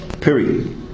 Period